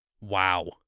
wow